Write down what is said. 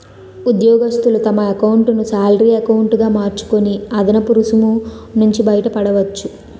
ఉద్యోగస్తులు తమ ఎకౌంటును శాలరీ ఎకౌంటు గా మార్చుకొని అదనపు రుసుము నుంచి బయటపడవచ్చు